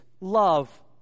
love